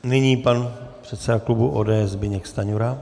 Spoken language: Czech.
Nyní pan předseda klubu ODS Zbyněk Stanjura.